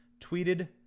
tweeted